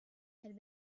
had